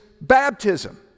baptism